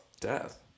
death